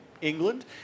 England